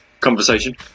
conversation